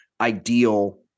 ideal